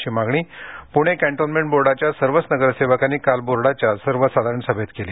अशी मागणी पुणे कॅन्टोन्मेंट बोर्डाच्या सर्वच नगरसेवकांनी काल बोर्डाच्या सर्वसाधारण सभेत केली